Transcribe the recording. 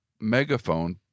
megaphone